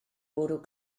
bwrw